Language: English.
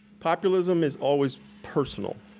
populism is always personal.